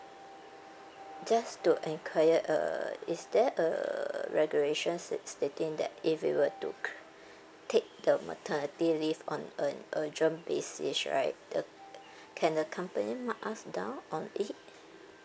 just to enquire uh is there uh regulation sta~ stating that if we were to take the maternity leave on an urgent basis right the can the company mark us down on it